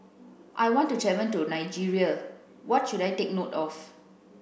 I want to travel to Nigeria what should I take note of